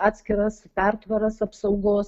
atskiras pertvaras apsaugos